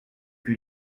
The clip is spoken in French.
que